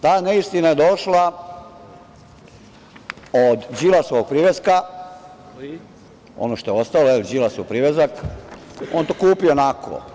Ta neistina je došla od Đilasovog priveska, ono što je ostalo je Đilasov privezak, on je to kupio onako.